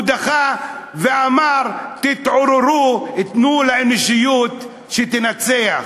הוא דחה ואמר: תתעוררו, תנו לאנושיות לנצח.